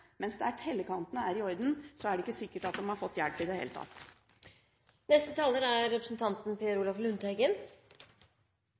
mens der tellekantene er i orden, er det ikke sikkert de har fått hjelp i det hele tatt. Jeg vil også takke for interpellasjonen om styring og ledelse. Den er